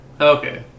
Okay